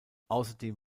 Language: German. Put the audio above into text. außerdem